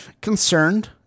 concerned